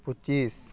ᱯᱚᱪᱤᱥ